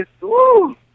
Woo